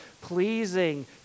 pleasing